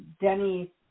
Denny